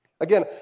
Again